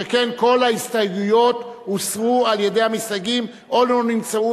שכן כל ההסתייגויות הוסרו על-ידי המסתייגים או לא נמצאו